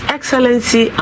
Excellency